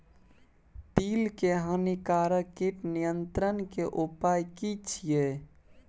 तिल के हानिकारक कीट नियंत्रण के उपाय की छिये?